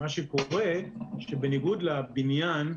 מה שקורה הוא שבניגוד לבניין,